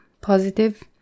positive